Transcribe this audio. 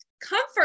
comfort